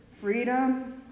freedom